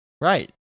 right